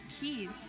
Keys